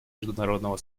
международного